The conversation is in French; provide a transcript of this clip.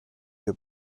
que